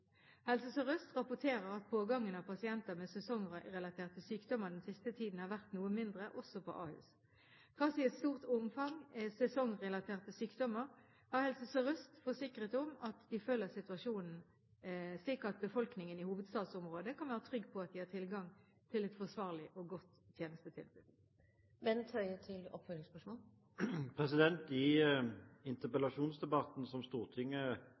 Helse Sør-Øst rapporterer at pågangen av pasienter med sesongrelaterte sykdommer den siste tiden har vært noe mindre, også på Ahus. Trass i et stort omfang sesongrelaterte sykdommer, har Helse Sør-Øst forsikret om at de følger situasjonen, slik at befolkningen i hovedstadsområdet kan være trygge på at de har tilgang til et forsvarlig og godt tjenestetilbud. I interpellasjonsdebatten om dette som Stortinget hadde 12. oktober i